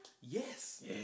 Yes